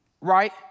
right